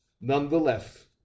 Nonetheless